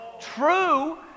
True